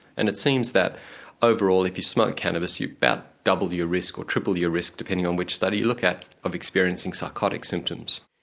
and it seems that overall if you smoke cannabis you about double your risk, or triple your risk, depending on which study you look at, of experiencing psychotic symptoms.